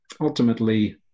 ultimately